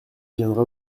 viendras